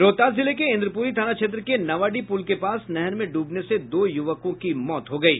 रोहतास जिले के इन्द्रपुरी थाना क्षेत्र के नावाडीह पुल के पास नहर में डूबने से दो युवकों की मौत हो गयी